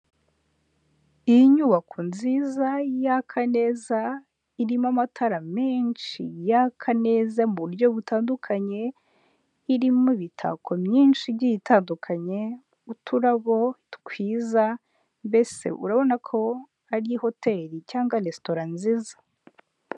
Iyi nyubako nziza yaka neza, irimo amatara menshi yaka neza mu buryo butandukanye, irimo imitako myinshi igiye itandukanye ,uturabo twiza, mbese urabona ko ari hoteli cyangwa resitora nziza.